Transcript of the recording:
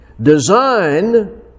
Design